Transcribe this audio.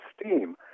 steam